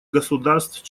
государств